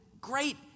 great